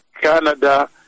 Canada